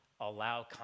allow